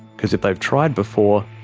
cause if they've tried before,